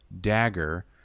dagger